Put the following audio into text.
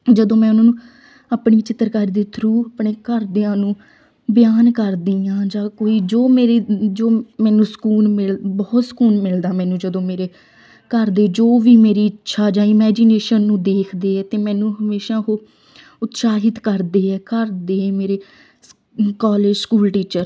ਜਦੋਂ ਮੈਂ ਉਹਨਾਂ ਨੂੰ ਆਪਣੀ ਚਿੱਤਰਕਾਰੀ ਦੇ ਥਰੂ ਆਪਣੇ ਘਰਦਿਆਂ ਨੂੰ ਬਿਆਨ ਕਰਦੀ ਹਾਂ ਜਾਂ ਕੋਈ ਜੋ ਮੇਰੀ ਜੋ ਮੈਨੂੰ ਸਕੂਨ ਮਿਲ ਬਹੁਤ ਸਕੂਨ ਮਿਲਦਾ ਮੈਨੂੰ ਜਦੋਂ ਮੇਰੇ ਘਰਦੇ ਜੋ ਵੀ ਮੇਰੀ ਇੱਛਾ ਜਾਂ ਇਮੈਜੀਨੇਸ਼ਨ ਨੂੰ ਦੇਖਦੇ ਹੈ ਅਤੇ ਮੈਨੂੰ ਹਮੇਸ਼ਾਂ ਉਹ ਉਤਸ਼ਾਹਿਤ ਕਰਦੇ ਹੈ ਘਰਦੇ ਮੇਰੇ ਸ ਕੋਲਿਜ ਸਕੂਲ ਟੀਚਰ